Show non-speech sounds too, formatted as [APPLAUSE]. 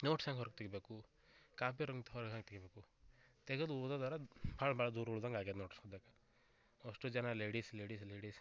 notes ಹೆಂಗೆ ಹೊರಗೆ ತೆಗೀಬೇಕು ಕಾಪ್ಯಾರಂತ ಹೊರಗೆ ಹ್ಯಾಂಗೆ ತೆಗೀಬೇಕು ತೆಗೆದು ಓದೋದಾರ ಹಾಳು ಭಾಳ್ ದೂರ ಉಳ್ದಂಗೆ ಆಗ್ಯದೆ ನೋಡ್ರಿ [UNINTELLIGIBLE] ಅಷ್ಟು ಜನ ಲೇಡೀಸ್ ಲೇಡೀಸ್ ಲೇಡೀಸ್